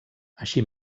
així